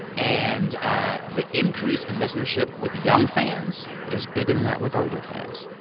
and the increase in listenership with young fans is bigger than that with older fans.